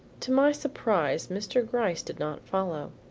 to my surprise mr. gryce did not follow.